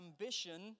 ambition